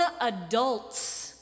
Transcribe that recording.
adults